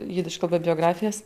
jidiš kalba biografijas